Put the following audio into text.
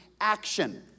action